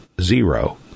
zero